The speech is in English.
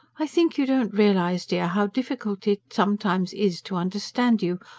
i think you don't realise, dear, how difficult it sometimes is to understand you.